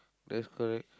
that's correct